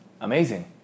Amazing